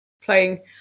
playing